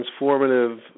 transformative